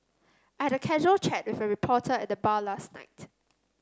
I had a casual chat with a reporter at the bar last night